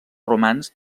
romans